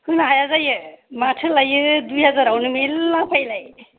होनो हाया जायो मोथोलाय दुइ हाजारावनो मेरला होफैयोलाय